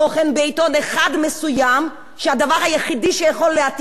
כשהדבר היחידי שיכול להתאים להם זה באמת עיתון "פראבדה",